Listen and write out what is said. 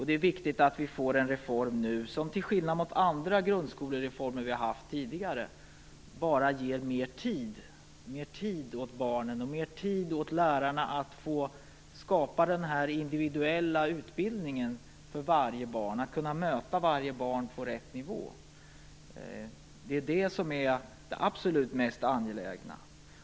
Det är viktigt att vi nu får en reform som till skillnad från tidigare grundskolereformer ger mer tid för barnen och mer tid för lärarna att skapa en individuell utbildning för varje elev. På det sättet kan lärarna möta varje elev på rätt nivå. Det är detta som är det absolut mest angelägna.